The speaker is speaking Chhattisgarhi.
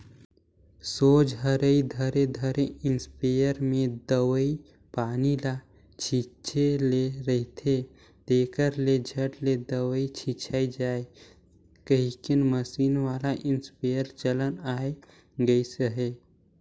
सोझ हरई धरे धरे इस्पेयर मे दवई पानी ल छीचे ले रहथे, तेकर ले झट ले दवई छिचाए जाए कहिके मसीन वाला इस्पेयर चलन आए गइस अहे